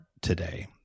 today